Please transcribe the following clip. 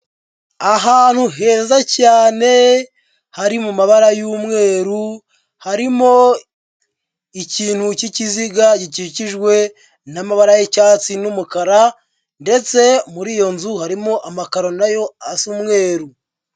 Ahantu heza cyane hari mu mabara y'umweru harimo ikintu cy'ikiziga gikikijwe n'amabara y'icyatsi n'umukara, ndetse muri iyo nzu harimo amakaro nayo asa umweru.